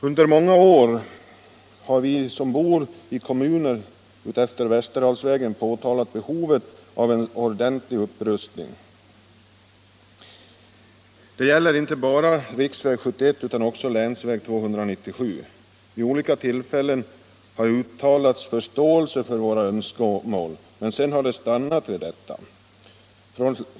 Under många år har vi som bor i kommuner utefter Västerdalsvägen påpekat behovet av en ordentlig upprustning. Detta gäller inte bara riksväg 71 utan också länsväg 297. Vid olika tillfällen har uttalats förståelse för våra önskemål, men det har stannat vid detta.